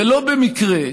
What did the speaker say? ולא במקרה,